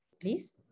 Please